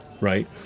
right